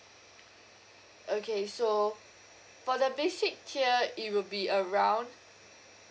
okay so for the basic tier it will be around